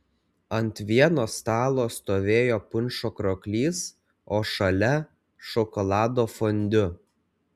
ant vieno stalo stovėjo punšo krioklys o šalia šokolado fondiu